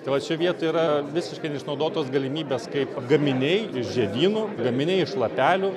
tai vat šioj vietoj yra visiškai neišnaudotos galimybės kaip gaminiai iš žiedynų gaminiai iš lapelių